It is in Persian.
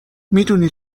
میدونی